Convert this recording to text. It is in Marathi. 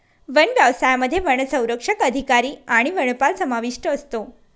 वन व्यवसायामध्ये वनसंरक्षक अधिकारी आणि वनपाल समाविष्ट असतो